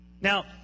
Now